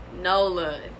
nola